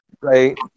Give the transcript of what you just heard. Right